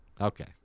Okay